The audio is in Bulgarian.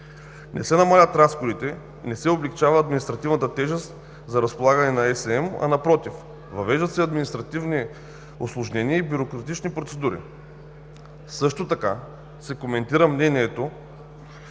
Не се намаляват разходите, не се облекчава административната тежест за разполагане на СМ, а напротив – въвеждат се административни усложнения и бюрократични процедури. Също така се коментира мнението,